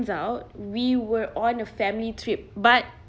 out we were on a family trip but